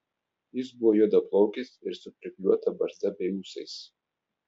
jis buvo juodaplaukis ir su priklijuota barzda bei ūsais